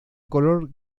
color